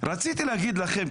רציתי להגיד לכם,